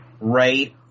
right